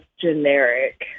generic